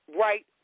right